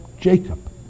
Jacob